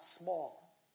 small